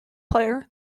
player